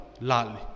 lali